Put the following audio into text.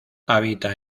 habita